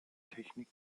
technik